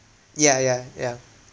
yeah yeah yeah